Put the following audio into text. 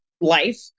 life